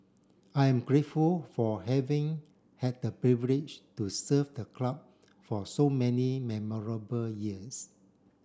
I am grateful for having had the privilege to serve the club for so many memorable years